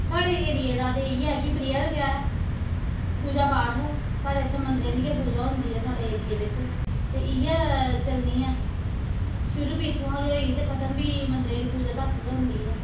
साढ़े एरिया दा ते इ'यै ऐ कि प्रेयर गै पूजा पाठ ऐ साढ़े इत्थे मंदिरे दी गै पूजा होंदी ऐ साढ़े एरिया बिच्च ते इ'यै चलनी ऐ शुरू बी इत्थुआं गै होई ते खतम बी मंदरे दी पूजा तक गै हुंदी ऐ